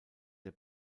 der